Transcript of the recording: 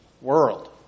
world